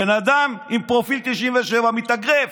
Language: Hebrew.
בן אדם עם פרופיל 97, מתאגרף,